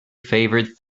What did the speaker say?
favorite